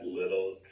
little